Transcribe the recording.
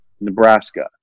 Nebraska